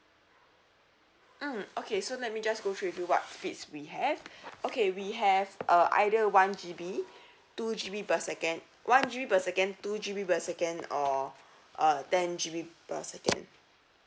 mm okay so let me just go through with you what feats we have okay we have uh either one G_B two G_B per second one G_B per second two G_B per second or uh ten G_B per second